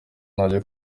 najya